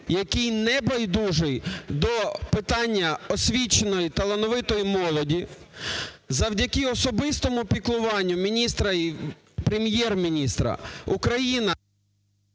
який не байдужий до питання освіченої, талановитої молоді. Завдяки особистому піклуванню міністра і Прем'єр-міністра Україна…